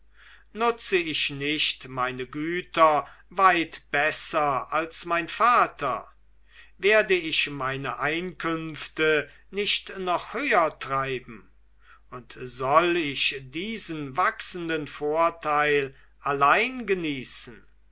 nutze ich nicht meine güter weit besser als mein vater werde ich meine einkünfte nicht noch höher treiben und soll ich diesen wachsenden vorteil allein genießen